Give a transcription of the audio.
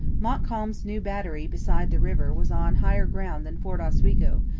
montcalm's new battery beside the river was on higher ground than fort oswego,